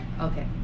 Okay